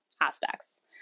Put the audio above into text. aspects